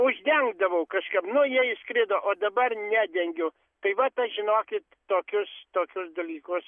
uždengdavau kažkaip nu jie išskrido o dabar nedengiu tai va tą žinokit tokius tokius dalykus